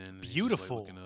Beautiful